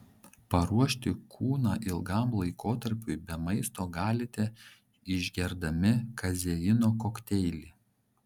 paruošti kūną ilgam laikotarpiui be maisto galite išgerdami kazeino kokteilį